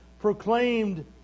proclaimed